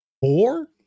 Four